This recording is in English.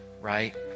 Right